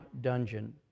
dungeon